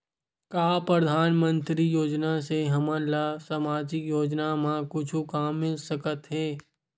का परधानमंतरी योजना से हमन ला सामजिक योजना मा कुछु काम मिल सकत हे?